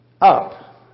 up